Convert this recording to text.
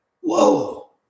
whoa